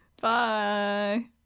Bye